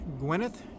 Gwyneth